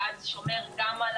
ואז זה שומר גם על